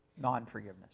Non-forgiveness